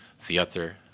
theater